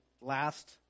last